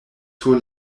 sur